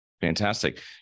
Fantastic